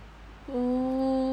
ooh